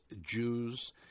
Jews